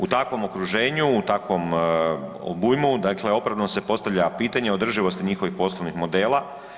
U takvom okruženju, u takvom obujmu, dakle opravdano se postavlja pitanje održivosti njihovih poslovnih modela.